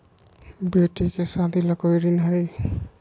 बेटी के सादी ला कोई ऋण हई?